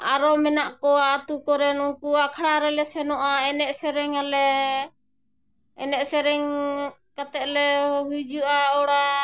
ᱟᱨᱚ ᱢᱮᱱᱟᱜ ᱠᱚᱣᱟ ᱟᱛᱳ ᱠᱚᱨᱮᱱ ᱩᱱᱠᱩ ᱟᱠᱷᱲᱟ ᱨᱮᱞᱮ ᱥᱮᱱᱚᱜᱼᱟ ᱮᱱᱮᱡ ᱥᱮᱨᱮᱧᱟᱞᱮ ᱮᱱᱮᱡ ᱥᱮᱨᱮᱧ ᱠᱟᱛᱮ ᱞᱮ ᱦᱤᱡᱩᱜᱼᱟ ᱚᱲᱟᱜ